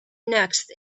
next